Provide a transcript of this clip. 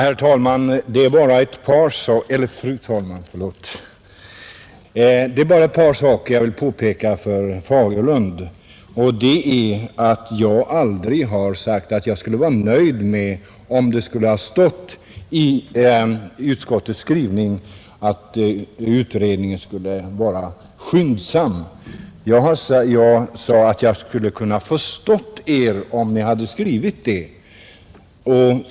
Fru talman! Det är ett par saker jag vill påpeka för herr Fagerlund. Jag har aldrig sagt att jag skulle vara nöjd om det hade stått i utskottets skrivning att utredningen skulle vara skyndsam. Jag sade att jag skulle ha kunnat förstå utskottsmajoriteten, om den hade skrivit på det sättet.